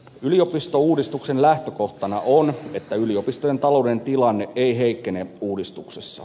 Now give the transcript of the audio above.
yliopistouudistuksen lähtökohtana on että yliopistojen talouden tilanne ei heikkene uudistuksessa